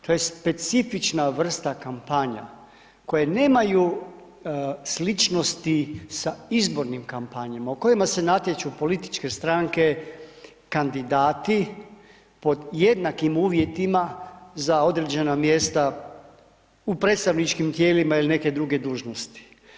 To je specifična vrsta kampanja koje nemaju sličnosti sa izbornim kampanjama u kojima se natječu političke stranke, kandidati pod jednakim uvjetima za određena mjesta u predstavničkim tijelima ili neke druge dužnosti.